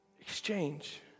Exchange